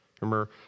Remember